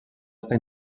està